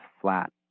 flat